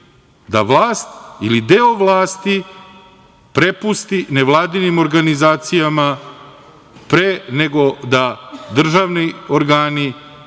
da vlast ili deo vlasti prepusti nevladinim organizacijama pre nego da državni organi